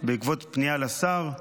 בעקבות פניה לשר,